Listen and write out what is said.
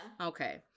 Okay